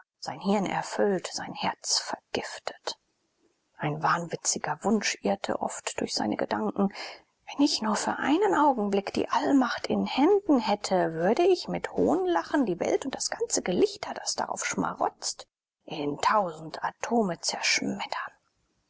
sein hirn erfüllt sein herz vergiftet ein wahnwitziger wunsch irrte oft durch seine gedanken wenn ich nur für einen augenblick die allmacht in händen hätte würde ich mit hohnlachen die welt und das ganze gelichter das darauf schmarotzt in tausend atome zerschmettern